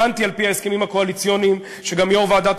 הבנתי על-פי ההסכמים הקואליציוניים שגם יושב-ראש ועדת